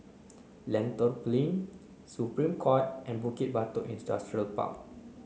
Lentor Plain Supreme Court and Bukit Batok Industrial Park